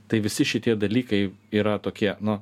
tai visi šitie dalykai yra tokie nu